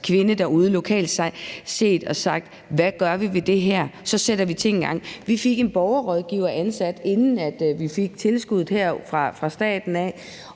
derude lokalt og spurgt: Hvad gør vi ved det her? Så satte vi ting i gang. Vi fik en borgerrådgiver ansat, inden vi fik tilskuddet her fra staten af,